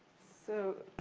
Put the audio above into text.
so,